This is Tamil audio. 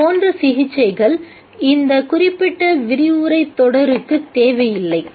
அதைப்போன்ற சிகிச்சைகள் இந்த குறிப்பிட்ட விரிவுரைத் தொடருக்கு தேவையில்லை